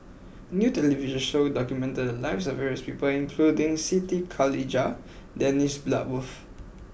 a new television show documented the lives of various people including Siti Khalijah and Dennis Bloodworth